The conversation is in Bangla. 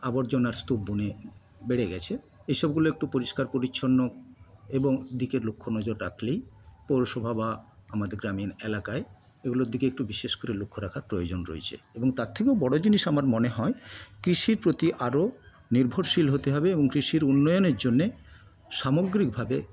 আবর্জনার স্তুপ অনেক বেড়ে গেছে এসবগুলো একটু পরিষ্কার পরিচ্ছন্ন এবং দিকে লক্ষ্য নজর রাখলেই পৌরসভা বা আমাদের গ্রামীণ এলাকায় এগুলোর দিকে একটু বিশেষ করে লক্ষ্য রাখার প্রয়োজন রয়েছে এবং তার থেকেও বড় জিনিস আমার মনে হয় কৃষির প্রতি আরও নির্ভরশীল হতে হবে এবং কৃষির উন্নয়নের জন্য সামগ্রিকভাবে